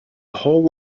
whole